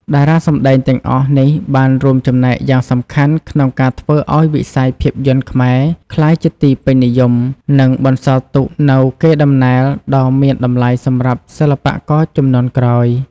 តារាសម្ដែងទាំងអស់នេះបានរួមចំណែកយ៉ាងសំខាន់ក្នុងការធ្វើឱ្យវិស័យភាពយន្តខ្មែរក្លាយជាទីពេញនិយម និងបន្សល់ទុកនូវកេរដំណែលដ៏មានតម្លៃសម្រាប់សិល្បករជំនាន់ក្រោយ។